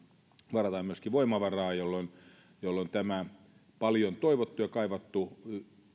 varataan myöskin voimavaraa jolloin jolloin tämä paljon toivottu ja kaivattu